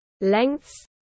lengths